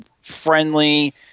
friendly